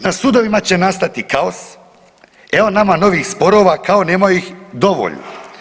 Na sudovima će nastati kaos, evo nama novih sporova kao nema ih dovoljno.